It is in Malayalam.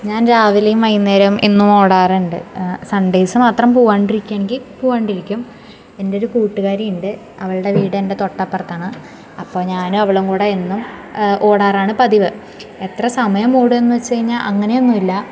ഞാൻ രാവിലേം വൈകുന്നേരോം എന്നും ഓടാറുണ്ട് സൺഡേസ് മാത്രം പോവാണ്ടിരിക്കാണെങ്കിൽ പോവാണ്ടിരിക്കും എൻ്റെ ഒരു കൂട്ടുകാരി ഉണ്ട് അവൾടെ വീട് എൻ്റെ തൊട്ടപ്പുറത്താണ് അപ്പോൾ ഞാനും അവളുംകൂടെ എന്നും ഓടാറാണ് പതിവ് എത്രസമയം ഓടെന്ന്വെച്ചു കഴിഞ്ഞാൽ അങ്ങനെയൊന്നുല്ല